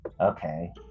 Okay